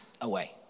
away